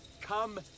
come